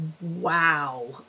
Wow